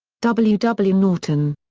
w w. norton.